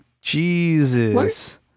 Jesus